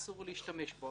אסור להשתמש בו,